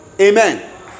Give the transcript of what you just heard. Amen